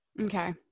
Okay